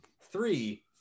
three